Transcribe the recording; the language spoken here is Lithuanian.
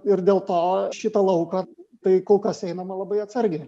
ir dėl to šitą lauką tai kol kas einama labai atsargiai